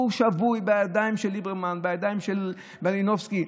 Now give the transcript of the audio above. הוא שבוי בידיים של ליברמן ובידיים של מלינובסקי.